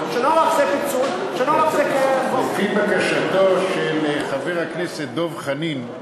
כשנוח זה פיצול, לפי בקשתו של חבר הכנסת דב חנין,